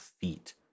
feet